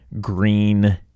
green